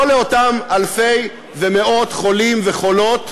לא לאותם אלפי ומאות חולים וחולות,